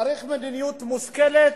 צריך מדיניות מושכלת,